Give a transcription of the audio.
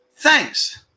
Thanks